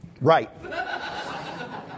Right